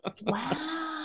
Wow